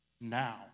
now